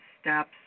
steps